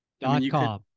Dot-com